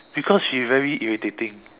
because she very irritating